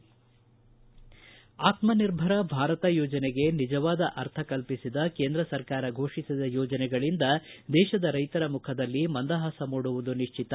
ಆತ್ಮ ನಿರ್ಭರ ಭಾರತ ಯೋಜನೆಗೆ ನಿಜವಾದ ಅರ್ಥ ಕಲ್ಪಿಸಿದ ಕೇಂದ್ರ ಸರ್ಕಾರ ಘೋಷಿಸಿದ ಯೋಜನೆಗಳಿಂದ ದೇಶದ ರೈತರ ಮುಖದಲ್ಲಿ ಮಂದಹಾಸ ಮೂಡುವುದು ನಿಶ್ಲಿತ